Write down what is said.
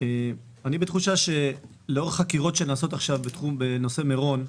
אני בתחושה שלאור החקירות שנעשות עכשיו בנושא מירון,